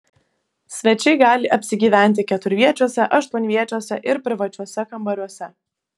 svečiai gali apsigyventi keturviečiuose aštuonviečiuose ir privačiuose kambariuose